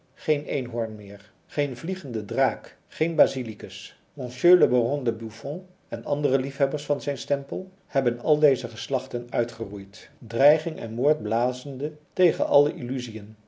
geen eenhoorn meer geen vliegende draak geen basiliscus monsieur le baron de buffon en andere liefhebbers van zijn stempel hebben al deze geslachten uitgeroeid dreiging en moord blazende tegen alle illusiën